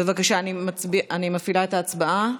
בבקשה, אני מפעילה את ההצבעה.